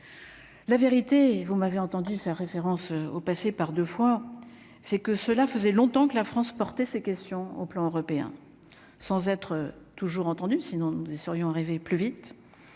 la vérité et vous m'avez entendu sa référence au passé, par 2 fois, c'est que cela faisait longtemps que la France porter ces questions au plan européen, sans être toujours entendu, sinon nous serions rêver plus vite